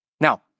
Now